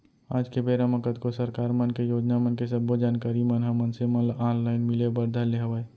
आज के बेरा म कतको सरकार मन के योजना मन के सब्बो जानकारी मन ह मनसे मन ल ऑनलाइन मिले बर धर ले हवय